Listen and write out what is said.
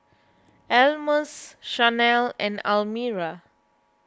Almus Shanell and Almira